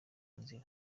inzira